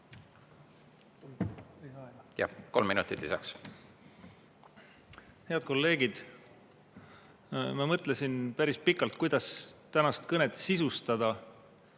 Kolm minutit lisaks. Head kolleegid! Ma mõtlesin päris pikalt, kuidas tänast kõnet sisustada